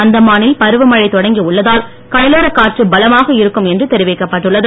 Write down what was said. அந்தமானில் பருவமழை தொடங்கி உள்ளதால் கடலோரக் காற்று பலமாக இருக்கும் என்று தெரிவிக்கப்பட்டுள்ளது